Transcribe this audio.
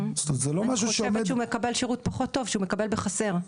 --- אני חושבת שהוא מקבל שירות פחות טוב; שהוא מקבל בחסר.